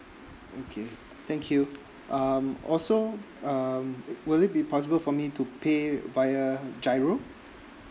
okay thank you um also um will it be possible for me to pay via G_I_R_O